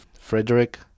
Frederick